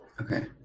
Okay